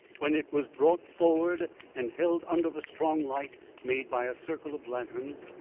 when it was brought forward and held under the strong light made by a circle of lanterns,